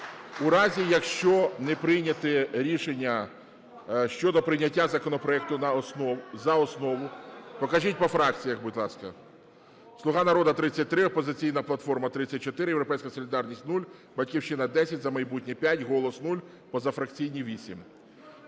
у разі, якщо не прийняте рішення щодо прийняття законопроекту за основу… Покажіть по фракціях, будь ласка. "Слуга народу" - 33, "Опозиційна платформа" – 34, "Європейська солідарність" - 0, "Батьківщина" – 10, "За майбутнє" – 5, "Голос" – 0, позафракційні –